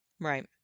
Right